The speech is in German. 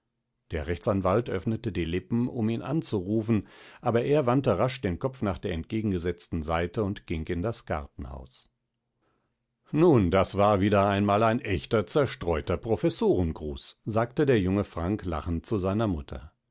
der rechtsanwalt öffnete die lippen um ihn anzurufen aber er wandte rasch den kopf nach der entgegengesetzten seite und ging in das gartenhaus nun das war wieder einmal ein echter zerstreuter professorengruß sagte der junge frank lachend zu seiner mutter